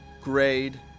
grade